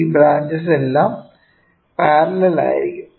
ഈ ബ്രാഞ്ചെസിൽ എല്ലാം പാരലൽ ആയിരിക്കും